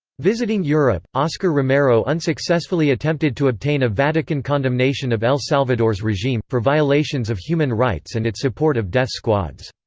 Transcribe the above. visiting europe, oscar romero unsuccessfully attempted to obtain a vatican condemnation of el salvador's regime, for violations of human rights and its support of death squads.